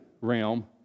realm